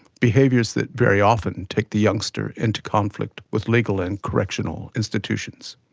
behaviours that very often and take the youngster into conflict with legal and correctional institutions.